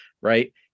Right